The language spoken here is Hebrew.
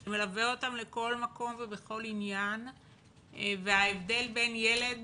והוא מלווה אותם לכל מקום ובכל עניין וההבדל בין ילד